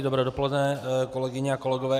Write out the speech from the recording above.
Dobré dopoledne, kolegyně a kolegové.